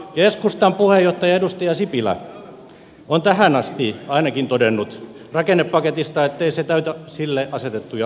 keskustan puheenjohtaja edustaja sipilä on ainakin tähän asti todennut rakennepaketista ettei se täytä sille asetettuja odotuksia